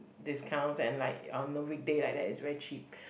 discounts and like on the weekday like that is very cheap